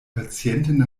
patientin